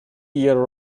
year